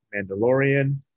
Mandalorian